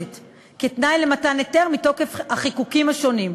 כתנאי למתן היתר מתוקף החיקוקים השונים.